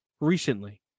recently